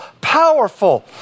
powerful